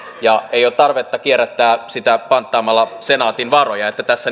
ja ei ole tarvetta kierrättää sitä panttaamalla senaatin varoja että tässä